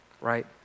Right